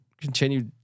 continue